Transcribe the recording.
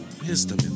wisdom